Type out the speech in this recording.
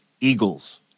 Eagles